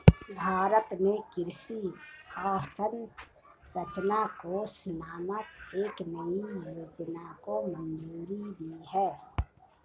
भारत ने कृषि अवसंरचना कोष नामक एक नयी योजना को मंजूरी दी है